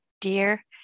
dear